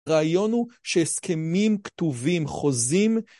רעיון הוא שהסכמים כתובים חוזים.